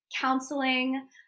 counseling